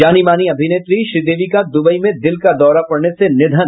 जानी मानी अभिनेत्री श्रीदेवी का दुबई में दिल का दौरा पड़ने से निधन